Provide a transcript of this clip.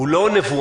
הוא לא נבואה.